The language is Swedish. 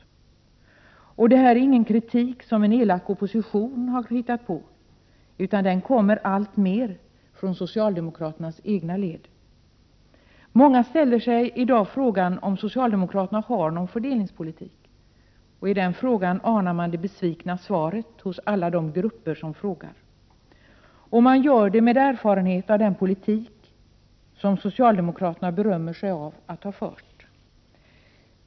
Det är inte heller någon kritik som en elak opposition har hittat på, utan den kommer alltmer från socialdemokraternas egna led. Många ställer sig i dag frågan om socialdemokraterna har någon fördelningspolitik. I den frågan anar man det besvikna svaret hos alla de grupper som frågar. Man gör det med erfarenhet av den politik som socialdemokraterna berömmer sig av att ha fört.